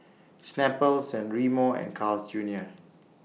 Snapple San Remo and Carl's Junior